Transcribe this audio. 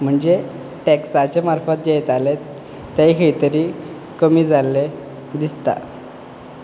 म्हणजे टॅक्साचे मार्फंत जे येताले ते खंयतरी कमी जाल्ले दिसता